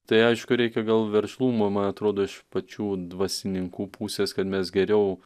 tai aišku reikia gal veržlumo man atrodo iš pačių dvasininkų pusės kad mes geriau